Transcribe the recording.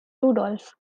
rudolf